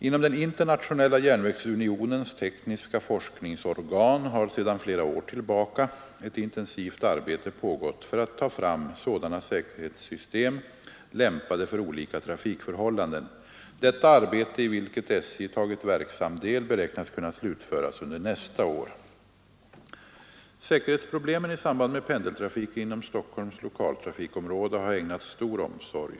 Inom den internationella järnvägsunionens tekniska forskningsorgan har sedan flera år tillbaka ett intensivt arbete pågått för att ta fram sådana säkerhetssystem lämpade för olika trafikförhållanden. Detta arbete, i vilket SJ tagit verksam del, beräknas kunna slutföras under nästa år. Säkerhetsproblemen i samband med pendeltrafiken inom Stockholms lokaltrafikområde har ägnats stor omsorg.